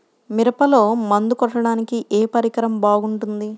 మిరపలో మందు కొట్టాడానికి ఏ పరికరం బాగుంటుంది?